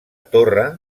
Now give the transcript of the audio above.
torre